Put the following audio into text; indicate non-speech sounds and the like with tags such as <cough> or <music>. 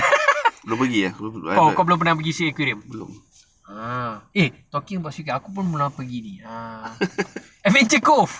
<laughs> kau belum pernah pergi sea aquarium ah eh talking about sea aquarium aku pun pernah pergi ah adventure cove